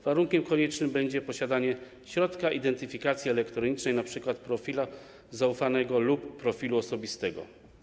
Warunkiem koniecznym będzie posiadanie środka identyfikacji elektronicznej, np. profilu zaufanego lub profilu osobistego.